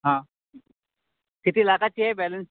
हां किती लाखाची आहे बॅलन्स शीट